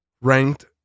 ranked